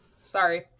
sorry